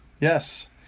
Yes